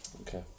okay